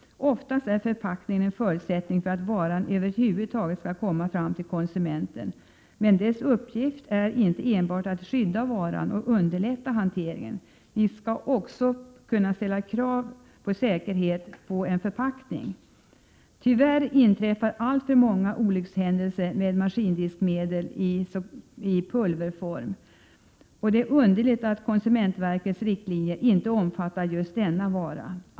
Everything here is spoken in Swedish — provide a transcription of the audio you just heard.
Oftast är förpackningen en förutsättning för att varan över huvud taget skall komma fram till konsumenten. Men dess uppgift är inte enbart att skydda varan och underlätta hanteringen. Vi skall också kunna aa krav på förpackningens säkerhet. Tyvärr inträffar alltför många olyckshändelser med maskindiskmedel i pulverform. Det är underligt att konsumentverkets riktlinjer inte omfattar just denna vara.